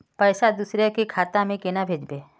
पैसा दूसरे के खाता में केना भेजबे?